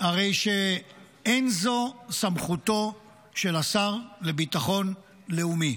הרי שאין זו סמכותו של השר לביטחון לאומי,